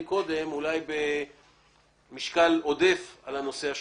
קודם במשקל עודף על הנושא השלישי.